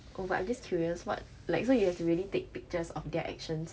oh but I'm just curious what like so you to really take pictures of their actions